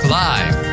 live